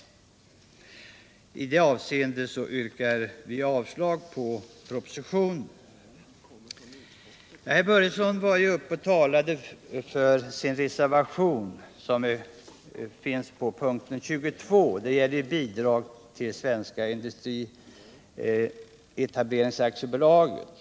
I det avseendet yrkar vi avslag på propositionen. Herr Börjesson var uppe och talade för reservationen 2 vid punkten 22 och som gäller bidraget till Svenska Industrietableringsaktiebolaget.